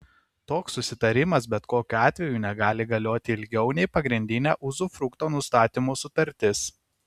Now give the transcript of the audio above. toks susitarimas bet kokiu atveju negali galioti ilgiau nei pagrindinė uzufrukto nustatymo sutartis